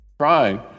Trying